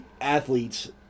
athletes